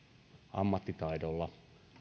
ammattitaidolla